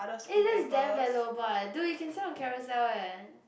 eh that's damn bad lobang eh dude you can sell on Carousell eh